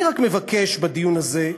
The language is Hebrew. אני רק מבקש בדיון הזה,